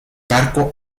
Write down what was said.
barco